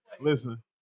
Listen